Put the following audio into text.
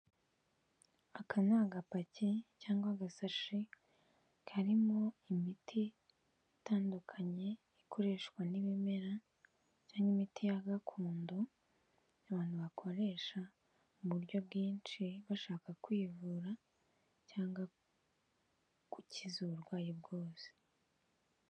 Aka ni agapaki cyangwa agasashi karimo imiti itandukanye ikoreshwa n'ibimera by'imiti ya gakondo abantu bakoresha mu buryo bwinshi bashaka kwivura cyangwa gukiza uburwayi bwose.